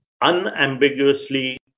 unambiguously